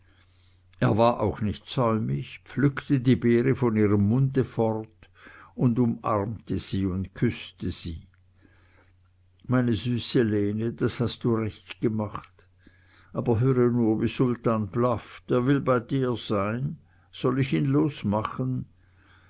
er war auch nicht säumig pflückte die beere von ihrem munde fort und umarmte sie und küßte sie meine süße lene das hast du recht gemacht aber höre nur wie sultan blafft er will bei dir sein soll ich ihn losmachen